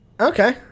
Okay